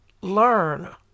learn